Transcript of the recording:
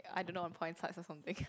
I don't know on porn sites or something